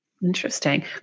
Interesting